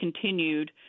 continued